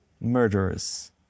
murderers